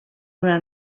una